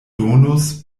donus